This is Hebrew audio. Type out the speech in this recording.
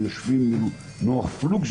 יושבים עם נח פלוג,